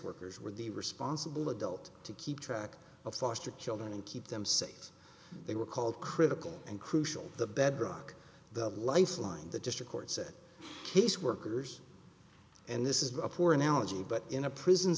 workers were the responsible adult to keep track of foster children and keep them safe they were called critical and crucial the bedrock the lifeline the district court said caseworkers and this is a poor analogy but in a prison